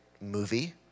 movie